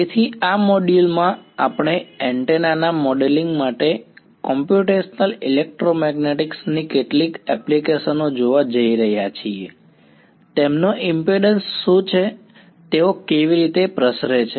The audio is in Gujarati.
તેથી આ મોડ્યુલ માં આપણે એન્ટેના ના મોડેલિંગ માટે કોમ્પ્યુટેશનલ ઇલેક્ટ્રોમેગ્નેટિક્સ ની કેટલીક એપ્લિકેશનો જોવા જઈ રહ્યા છીએ તેમનો ઇમ્પિડન્સ શું છે તેઓ કેવી રીતે પ્રસરે છે